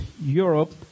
Europe